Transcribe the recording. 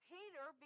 Peter